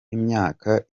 imyaka